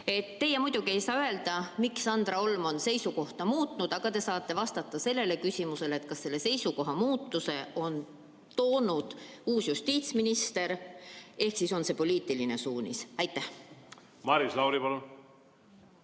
Teie muidugi ei saa öelda, miks Andra Olm on seisukohta muutnud, aga te saate vastata sellele küsimusele, kas selle seisukoha muutuse on toonud kaasa uus justiitsminister ehk on see poliitiline suunis. Suur aitäh, austatud